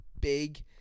big